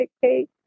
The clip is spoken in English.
cake